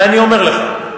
ואני אומר לך,